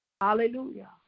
Hallelujah